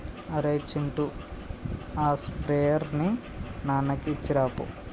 అరేయ్ చింటూ ఆ స్ప్రేయర్ ని నాన్నకి ఇచ్చిరాపో